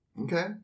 Okay